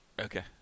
Okay